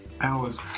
hours